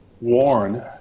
warn